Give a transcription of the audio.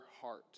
heart